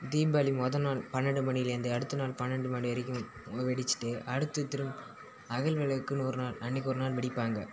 தீபாவளி முதல் நாள் பன்னெரெண்டு மணியிலேருந்து அடுத்த நாள் பன்னெரெண்டு மணி வரைக்கும் ஓ வெடிச்சுட்டு அடுத்து திரும் அகல் விளக்குன்னு ஒரு நாள் அன்றைக்கு ஒரு நாள் வெடிப்பாங்க